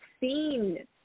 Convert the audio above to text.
seen